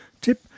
tip